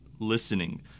listening